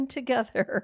together